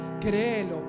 créelo